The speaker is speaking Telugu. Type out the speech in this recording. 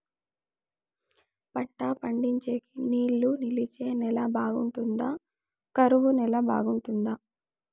పంట పండించేకి నీళ్లు నిలిచే నేల బాగుంటుందా? కరువు నేల బాగుంటుందా?